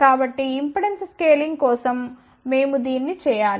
కాబట్టి impedance scaling కోసం మేము దీన్ని చేయాలి